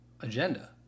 agenda